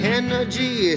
energy